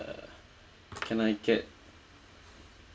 can I get